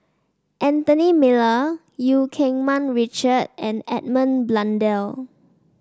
Anthony Miller Eu Keng Mun Richard and Edmund Blundell